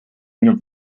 minu